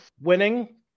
winning